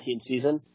season